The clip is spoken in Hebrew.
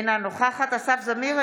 אינה נוכחת אסף זמיר,